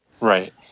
right